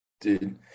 Dude